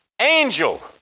angel